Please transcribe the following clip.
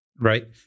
right